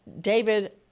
David